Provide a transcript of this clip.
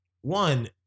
One